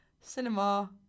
Cinema